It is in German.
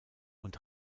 und